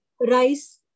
rice